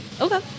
Okay